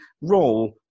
role